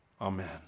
Amen